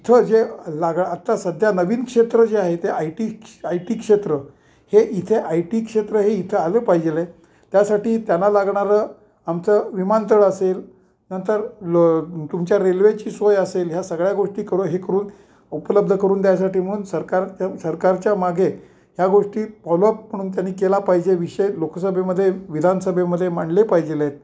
इथं जे लाग आत्ता सध्या नवीन क्षेत्र जे आहे ते आय टी् आय टी क्षेत्र हे इथे आय टी क्षेत्र हे इथं आलं पाहिजे आहेत त्यासाठी त्यांना लागणारं आमचं विमानतळ असेल नंतर लो तुमच्या रेल्वेची सोय असेल ह्या सगळ्या गोष्टी करू हे करून उपलब्ध करून द्यायसाठी म्हणून सरकारच्या सरकारच्या मागे ह्या गोष्टी फॉलोअप म्हणून त्यांनी केला पाहिजे विषय लोकसभेमध्ये विधानसभेमध्ये मांडले पाहिजे आहेत